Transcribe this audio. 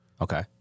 Okay